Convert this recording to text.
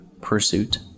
pursuit